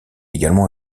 également